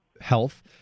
health